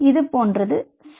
இது போன்றது சரி